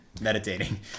Meditating